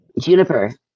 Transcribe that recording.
juniper